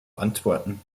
antworten